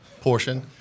portion